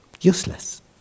useless